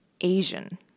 Asian